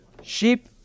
sheep